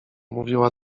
mówiła